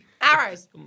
Arrows